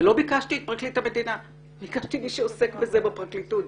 לא ביקשתי את פרקליט המדינה אלא ביקשתי את מי שעוסק בזה בפרקליטות.